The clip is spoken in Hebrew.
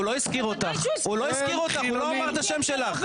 --- הוא לא הזכיר אותך, הוא לא אמר את השם שלך.